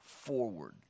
forward